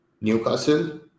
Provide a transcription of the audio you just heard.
Newcastle